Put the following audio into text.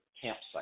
campsite